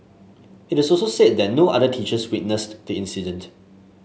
it also said that no other teachers witnessed the incident